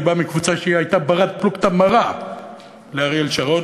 אני בא מקבוצה שהייתה בת-פלוגתא מרה לאריאל שרון,